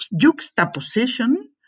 juxtaposition